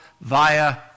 via